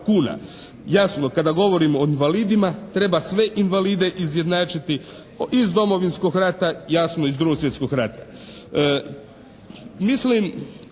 kuna. Jasno, kada govorimo o invalidima treba sve invalide izjednačiti, iz Domovinskog rata, jasno i iz II. Svjetskog rata. Mislim,